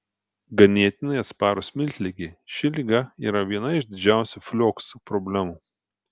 ganėtinai atsparios miltligei ši liga yra viena iš didžiausių flioksų problemų